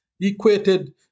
equated